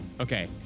Okay